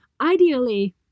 ideally